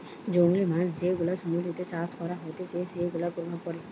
জংলী মাছ যেগুলা সমুদ্রতে চাষ করা হতিছে সেগুলার প্রভাব পড়ে